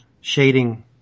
shading